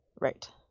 Right